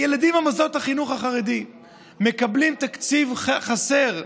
הילדים במוסדות החינוך החרדי מקבלים תקציב חסר,